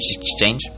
exchange